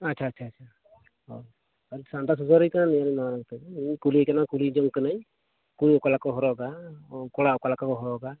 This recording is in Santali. ᱟᱪᱪᱷᱟ ᱟᱪᱪᱷᱟ ᱦᱮᱸ ᱟᱪᱪᱷᱟ ᱥᱟᱶᱛᱟ ᱥᱩᱥᱟᱹᱨᱤᱭᱟᱹ ᱠᱟᱱᱟ ᱞᱤᱧ ᱟᱹᱞᱤᱧ ᱢᱟ ᱠᱩᱞᱤ ᱠᱟᱱᱟ ᱠᱩᱞᱤ ᱡᱚᱝ ᱠᱟᱱᱟᱧ ᱠᱩᱲᱤ ᱚᱠᱟ ᱞᱮᱠᱟ ᱠᱚ ᱦᱚᱨᱚᱜᱼᱟ ᱠᱚᱲᱟ ᱚᱠᱟ ᱞᱮᱠᱟ ᱠᱚ ᱦᱚᱨᱚᱜᱼᱟ